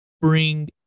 bring